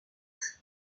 prêtre